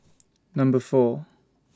Number four